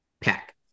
pack